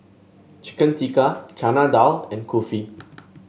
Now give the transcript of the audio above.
Chicken Tikka Chana Dal and Kulfi